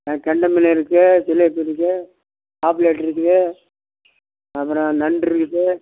ஆ கெண்டைமீன் இருக்குது ஜிலேபி இருக்குது பாப்லேட்டு இருக்குது அப்புறம் நண்டு இருக்குது